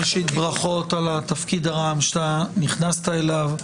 ראשית ברכות על התפקיד הרם שאתה נכנסת אליו,